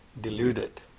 deluded